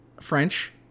French